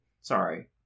Sorry